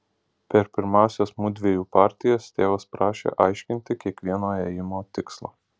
per pirmąsias mudviejų partijas tėvas prašė aiškinti kiekvieno ėjimo tikslą